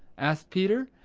asked peter,